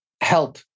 help